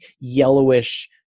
yellowish